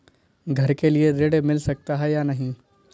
घर के लिए ऋण मिल सकता है या नहीं?